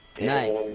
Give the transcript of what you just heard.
nice